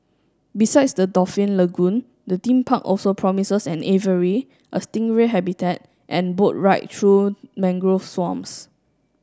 besides the dolphin lagoon the theme park also promises an aviary a stingray habitat and boat ride through mangrove swamps